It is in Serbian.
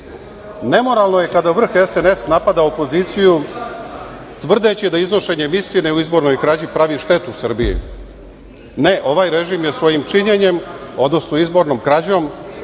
Nemoralno je kada vrh SNS napada opoziciju, tvrdeći da iznošenje istine o izbornoj krađi pravi štetu Srbiji. Ne, ovaj režim je svojim činjenjem, odnosno izbornom krađom